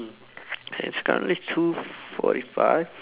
has started two forty five